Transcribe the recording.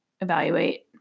evaluate